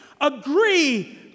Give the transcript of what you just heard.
agree